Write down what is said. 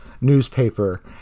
newspaper